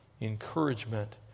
Encouragement